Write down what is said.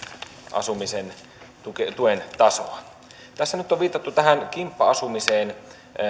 asumisen tuen tasoa tässä nyt on viitattu tähän kimppa asumiseen